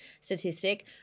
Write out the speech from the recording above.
statistic